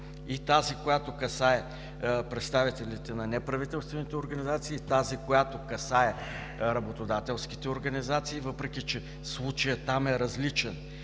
и тази, която касае представителите на неправителствените организации, и тази, която касае работодателските организации, въпреки че случаят там е различен